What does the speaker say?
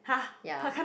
ya